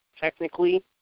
technically